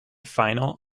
final